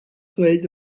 ddweud